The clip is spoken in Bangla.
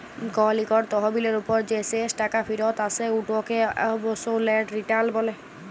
কল ইকট তহবিলের উপর যে শেষ টাকা ফিরত আসে উটকে অবসলুট রিটার্ল ব্যলে